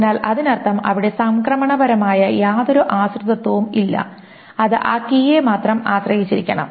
അതിനാൽ അതിനർത്ഥം അവിടെ സംക്രമണ പരമായ യാതൊരു ആശ്രിതത്വവും ഇല്ല അത് ആ കീയെ മാത്രം ആശ്രയിച്ചിരിക്കണം